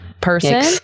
person